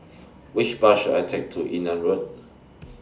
Which Bus should I Take to Yunnan Road